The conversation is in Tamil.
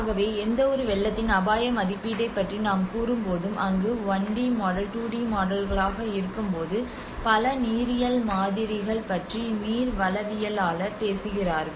ஆகவே எந்தவொரு வெள்ளத்தின் அபாய மதிப்பீட்டைப் பற்றி நாம் கூறும்போதும் அங்கு 1 டி மாடல் 2 டி மாடல்களாக இருக்கும்போது பல நீரியல் மாதிரிகள் பற்றி நீர்வளவியலாளர் பேசுகிறார்கள்